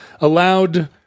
allowed